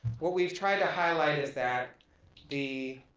what we've tried to highlight is that the